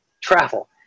travel